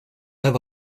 have